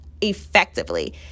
effectively